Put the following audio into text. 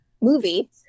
movie